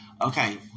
okay